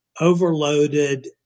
overloaded